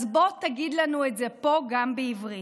אז בוא תגיד לנו את זה פה גם בעברית.